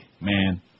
man